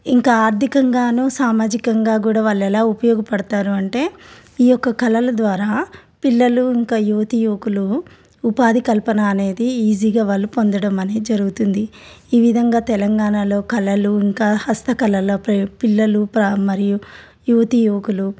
ఇంకా ఆర్థికంగానూ సామాజికంగానూ కూడా వాళ్ళు ఎలా ఉపయోగపడతారు అంటే ఈ యొక్క కళల ద్వారా పిల్లలు ఇంకా యువతియువకులు ఉపాధి కల్పన అనేది ఈజీగా వాళ్ళు పొందడం అనే జరుగుతుంది ఈ విధంగా తెలంగాణలో కళలు ఇంకా హస్త కళల ప్ర పిల్లలు ప్ర మరియు యువతీ యువకులు